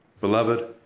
Beloved